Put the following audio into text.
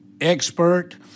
expert